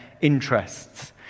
interests